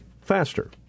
faster